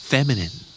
Feminine